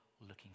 looking